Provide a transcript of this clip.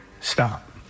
Stop